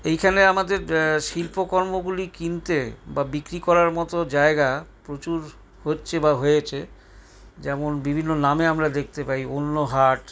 এইখানে আমাদের শিল্পকর্মগুলি কিনতে বা বিক্রি করার মতো জায়গা প্রচুর হচ্ছে বা হয়েছে যেমন বিভিন্ন নামে আমরা দেখতে পাই অন্যহাট